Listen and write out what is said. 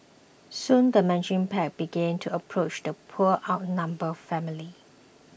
soon the mention pack began to approach the poor outnumbered family